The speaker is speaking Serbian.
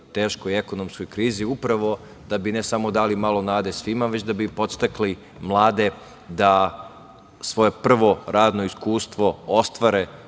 teškoj ekonomskoj krizi i uprkos da bi ne samo dali nade svima, već da bi podstakli mlade da svoje prvo radno iskustvo ostvare